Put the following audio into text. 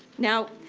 now